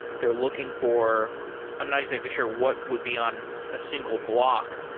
they're looking for i'm not exactly sure what would be on a single block,